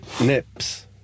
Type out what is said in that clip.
Nips